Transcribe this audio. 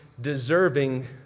deserving